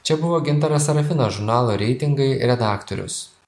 čia buvo gintaras sarafinas žurnalo reitingai redaktorius